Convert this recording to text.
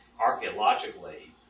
archaeologically